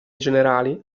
generati